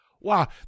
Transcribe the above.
wow